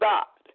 God